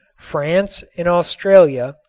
france and australia,